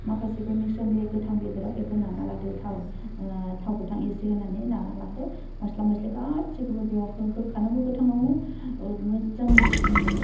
माखासेखो mix खालामदो बे गोथां बेदराव बेखौ नाना लादो थाव थाव गोथां एसे होनानै नाना लादो मस्ला मस्लि गासिखौबो बेयाव होखानांगौ गोथाङावनो मोजां